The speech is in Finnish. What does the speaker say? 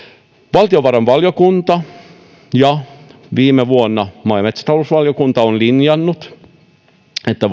valtiovarainvaliokunta ja viime vuonna maa ja metsätalousvaliokunta ovat linjanneet että